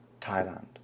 Thailand